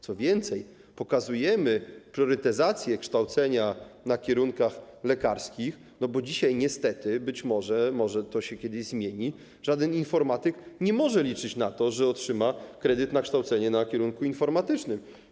Co więcej, pokazujemy priorytetyzację kształcenia na kierunkach lekarskich, bo dzisiaj niestety, być może to się kiedyś zmieni, żaden informatyk nie może liczyć na to, że otrzyma kredyt na kształcenie na kierunku informatycznym.